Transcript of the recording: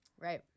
Right